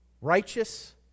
righteous